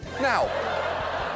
Now